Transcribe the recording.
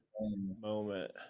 moment